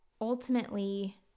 ultimately